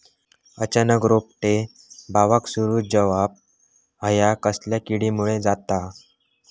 अचानक रोपटे बावाक सुरू जवाप हया कसल्या किडीमुळे जाता?